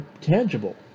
tangible